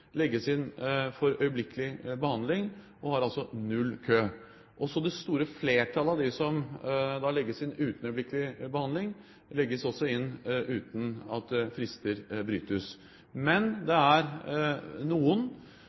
legges inn for øyeblikkelig behandling, og der er det null kø. Det store flertallet av dem som legges inn uten behov for øyeblikkelig behandling, legges inn uten at frister brytes. Men det er noen